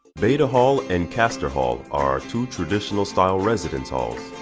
beta hall and castor hall are two traditional style residential halls,